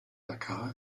dakar